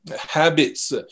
habits